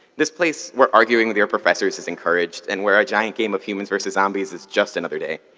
this place where arguing with your professors is encouraged and where a giant game of humans versus zombies is just another day.